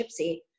gypsy